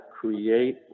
create